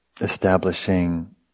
Establishing